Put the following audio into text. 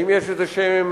האם יש איזשהן